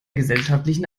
gesellschaftlichen